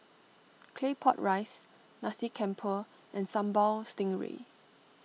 Claypot Rice Nasi Campur and Sambal Stingray